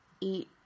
eat